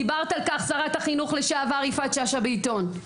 שרת החינוך לשעבר, יפעת שאשא ביטון,